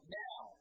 now